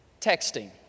texting